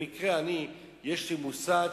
במקרה יש לי מושג.